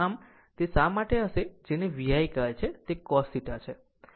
આમ આમ જ તે શા માટે છે જેને VI કહે છે કે તે cos θ છે